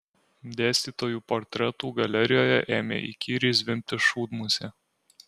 dėstytojų portretų galerijoje ėmė įkyriai zvimbti šūdmusė